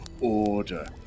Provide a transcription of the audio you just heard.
order